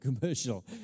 commercial